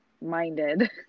minded